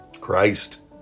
Christ